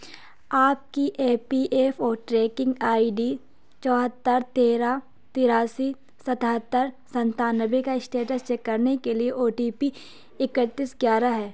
آپ کی A P F O tracking I D چوہتر تیرہ تراسی ستہتر ستانوے کا اسٹیٹس چیک کرنے کے لیے او ٹی پی اکتیس گیارہ ہے